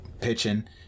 pitching